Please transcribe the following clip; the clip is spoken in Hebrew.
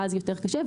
ואז זה יותר קשה.